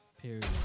Period